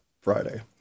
Friday